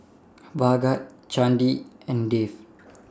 Bhagat Chandi and Dev